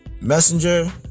Messenger